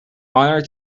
honour